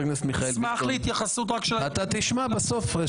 אשמח להתייחסות רק של --- אתה תשמע בסוף.